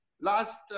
last